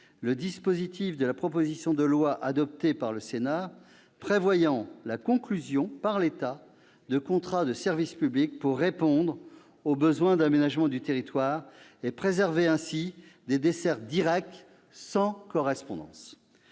le dispositif de la proposition de loi adoptée par le Sénat prévoyant la conclusion par l'État de contrats de service public pour répondre aux besoins d'aménagement du territoire et préserver ainsi des dessertes directes, sans correspondance.